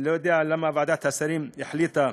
אני לא יודע למה ועדת השרים החליטה,